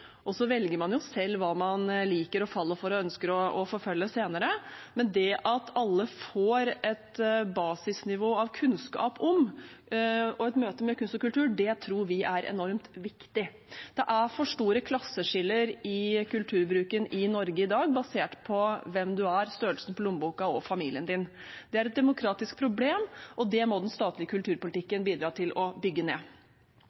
Så velger man jo selv hva man liker, faller for og ønsker å forfølge senere, men det at alle får et basisnivå av kunnskap om og et møte med kunst og kultur, tror vi er enormt viktig. Det er for store klasseskiller i kulturbruken i Norge i dag, basert på hvem man er, størrelsen på lommeboka og familien man har. Det er et demokratisk problem, og det må den statlige kulturpolitikken bidra til å bygge ned.